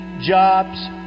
jobs